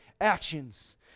actions